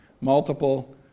multiple